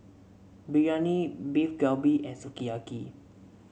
Biryani Beef Galbi and Sukiyaki